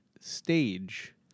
stage